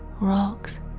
rocks